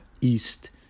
East